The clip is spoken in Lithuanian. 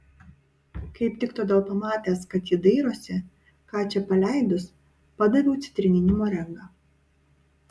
kaip tik todėl pamatęs kad ji dairosi ką čia paleidus padaviau citrininį morengą